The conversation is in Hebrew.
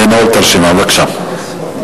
בבקשה.